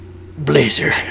Blazer